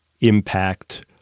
impact